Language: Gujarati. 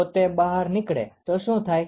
જો તે બહાર નીકળે તો શુ થાય